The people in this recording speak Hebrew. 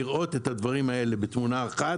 בלי לראות את הדברים האלה בתמונה אחת